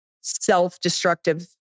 self-destructive